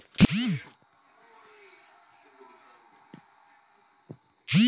तेहर आयाज घलो अपन धान पान के लुवई मिसई ला कोठार में लान के करथे